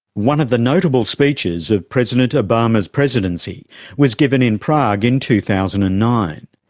one of the notable speeches of president obama's presidency was given in prague in two thousand and nine.